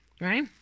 right